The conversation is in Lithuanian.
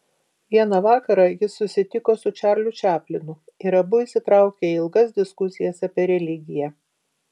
vieną vakarą jis susitiko su čarliu čaplinu ir abu įsitraukė į ilgas diskusijas apie religiją